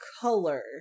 color